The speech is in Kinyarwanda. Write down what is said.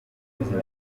umuziki